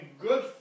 good